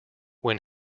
when